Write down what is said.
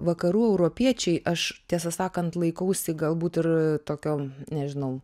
vakarų europiečiai aš tiesą sakant laikausi galbūt ir tokio nežinau